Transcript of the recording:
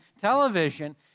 television